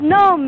no